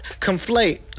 conflate